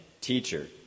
Teacher